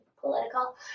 political